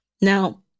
Now